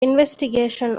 އޮފިސަރ